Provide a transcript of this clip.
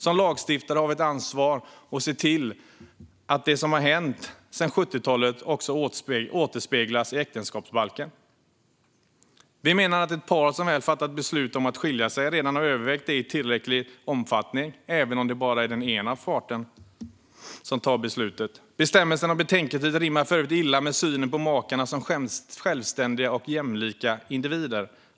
Som lagstiftare har vi ett ansvar att se till att det som har hänt sedan 70-talet också återspeglas i äktenskapsbalken. Vi menar att ett par som väl har fattat beslut om att skilja sig redan har övervägt detta i tillräcklig omfattning, även om det bara är den ena parten som tar beslutet. Bestämmelsen om betänketid rimmar för övrigt illa med synen på makarna som självständiga och jämlika individer.